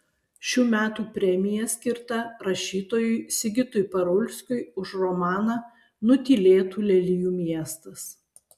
šių metų premija skirta rašytojui sigitui parulskiui už romaną nutylėtų lelijų miestas